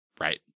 Right